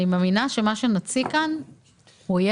אני מאמינה שמה שנוציא כאן יהיה,